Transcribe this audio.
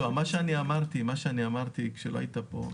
לא, מה שאמרתי כשלא היית פה,